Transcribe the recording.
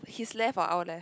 his left or our left